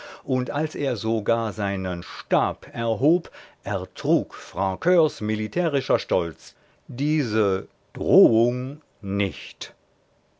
und als er sogar seinen stab erhob ertrug francurs militärischer stolz diese drohung nicht